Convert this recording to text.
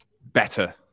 better